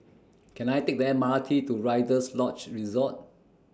Can I Take The M R T to Rider's Lodge Resort